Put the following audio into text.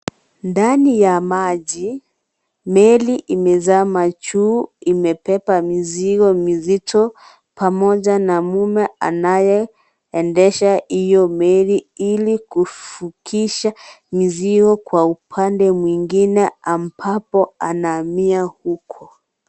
Ndani ya maji, meli imezama juu, imebeba mizigo mizito pamoja na mume anayeendesha hiyo meli ili kuvukisha mizigo kwa upande mwingine ambapo anahamia huko.